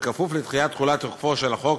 ובכפוף לדחיית תוקפו של החוק